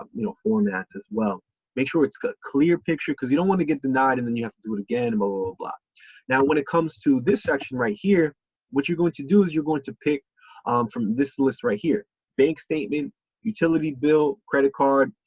um you know formats as well make sure it's a clear picture because you don't want to get denied and then you have to do it again a mobile block now when it comes to this section right here what you're going to do is you're going to pick from this list right here bank statement utility bill credit card,